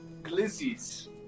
Glizzy's